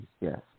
yes